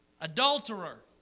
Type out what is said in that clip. adulterer